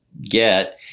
get